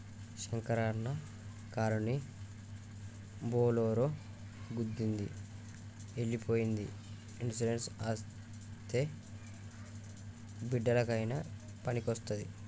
శంకరన్న కారుని బోలోరో గుద్దేసి ఎల్లి పోయ్యింది ఇన్సూరెన్స్ అస్తే బిడ్డలకయినా పనికొస్తాది